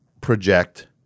project